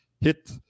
hit